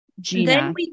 Gina